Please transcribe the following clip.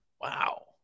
wow